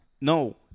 No